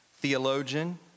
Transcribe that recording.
theologian